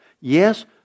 Yes